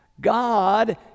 God